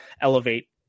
elevate